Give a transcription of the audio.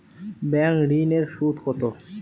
Bank ঋন এর সুদ কত?